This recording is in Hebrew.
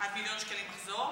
שקלים מחזור.